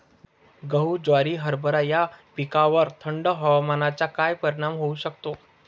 गहू, ज्वारी, हरभरा या पिकांवर थंड हवामानाचा काय परिणाम होऊ शकतो?